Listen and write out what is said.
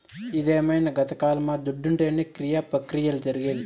ఇదేమైన గతకాలమా దుడ్డుంటేనే క్రియ ప్రక్రియలు జరిగేది